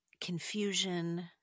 confusion